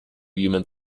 human